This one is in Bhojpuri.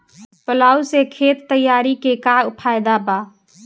प्लाऊ से खेत तैयारी के का फायदा बा?